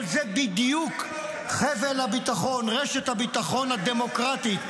אבל זה בדיוק חבל הביטחון, רשת הביטחון הדמוקרטית.